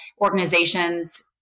organizations